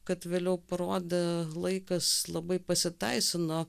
kad vėliau parodė laikas labai pasiteisino